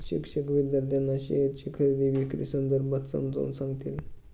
शिक्षक विद्यार्थ्यांना शेअरची खरेदी विक्री संदर्भात समजावून सांगतील